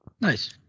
Nice